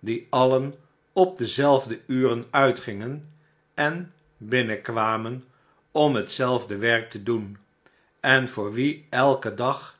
die alien op dezelfde uren uitgingen en binnenkwamen om hetzelfde werk te doen en voor wie elke dag